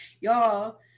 Y'all